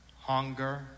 hunger